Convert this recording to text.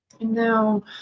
now